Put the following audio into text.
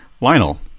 lionel